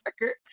record